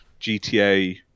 GTA